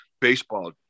baseball